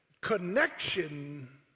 Connection